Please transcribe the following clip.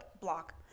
block